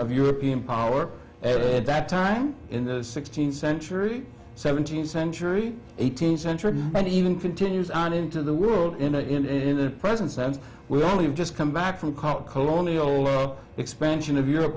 of european power at that time in the sixteenth century seventeenth century eighteenth century and even continues on into the world in that in the present sense we only have just come back from college colonial low expansion of europe